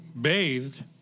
bathed